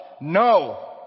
No